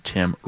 Tim